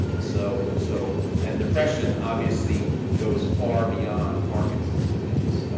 so so and depression obviously goes far beyond parkinson's disease.